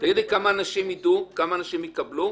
תגידי לי כמה אנשים ידעו, כמה אנשים יקבלו.